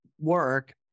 work